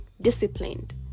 disciplined